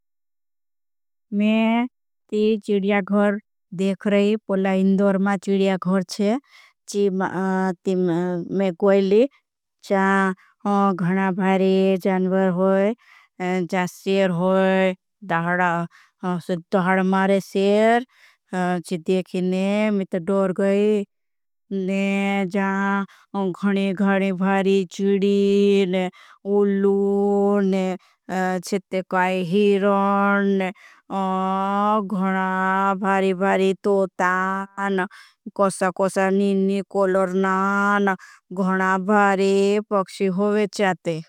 में ती जुडिया घर देख रही पुला इंदोर मा जुडिया घर छे। जी में गोयली जा घणा भारी जानवर। होई जा सेर होई दाहरा मारे सेर जी देखी ने में तो डोर। गई ने जा घणे घणे भारी जुडिया। ओलून छेते काई हीरन घणा भारी भारी तोतान कॉसा। कॉसा निननी कोलरनान घणा भारी पक्षी होई चाते।